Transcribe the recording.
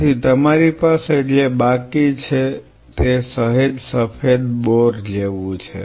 તેથી તમારી પાસે જે બાકી છે તે સહેજ સફેદ બોર જેવું છે